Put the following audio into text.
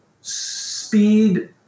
speed